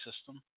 system